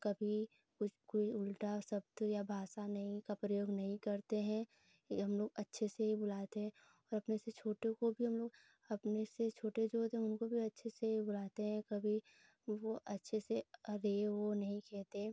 कभी कुछ कोई उल्टा शब्द या भाषा नहीं का प्रयोग नहीं करते हैं यह हमलोग अच्छे से ही बुलाते हैं और अपने से छोटों को भी हमलोग अपने से छोटे जो होते हैं उनको भी अच्छे से ही बुलाते हैं कभी वह अच्छे से अरे वह नहीं कहते हैं